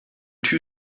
two